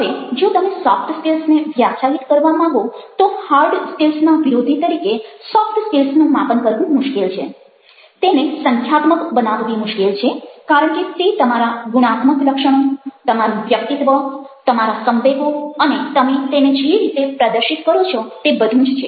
હવે જો તમે સોફટ સ્કિલ્સને વ્યાખ્યાયિત કરવા માંગો તો હાર્ડ સ્કિલ્સ ના વિરોધી તરીકે સોફટ સ્કિલ્સનું માપન કરવું મુશ્કેલ છે તેને સંખ્યાત્મક બનાવવી મુશ્કેલ છે કારણ કે તે તમારા ગુણાત્મક લક્ષણો તમારું વ્યક્તિત્વ તમારા સંવેગો અને તમે તેને જે રીતે પ્રદર્શિત કરો છો તે બધું જ છે